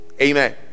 amen